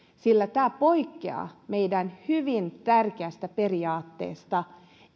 sillä tämä poikkeaa meidän hyvin tärkeästä periaatteestamme